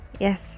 Yes